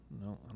no